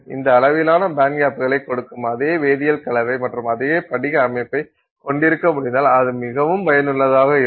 இந்த அளவிலான பேண்ட்கேப்களைக் கொடுக்கும் அதே வேதியியல் கலவை மற்றும் அதே படிக அமைப்பை கொண்டிருக்க முடிந்தால் இது மிகவும் பயனுள்ளதாக இருக்கும்